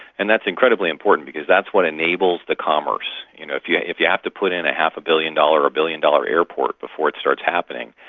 and that's incredibly important, because that's what enables the commerce. you know if yeah if you have to put in a half a billion dollar or billion dollar airport before it starts happening,